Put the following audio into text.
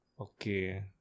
Okay